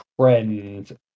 trend